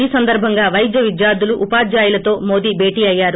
ఈ సందర్బంగా పైద్య విద్యార్ల్యులు ఉపాధ్యాయులతో మోదీ భేటీ అయ్యారు